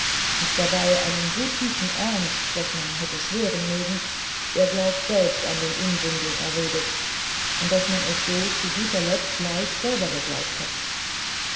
und dabei einen so tiefen ernst daß man hätte schwören mögen er glaubt selber an den unsinn den er redet und daß man es so zu guter letzt leicht selber geglaubt hat